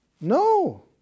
No